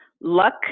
luck